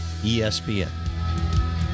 ESPN